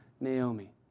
Naomi